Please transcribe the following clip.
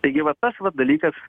taigi vat tas vat dalykas